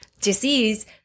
disease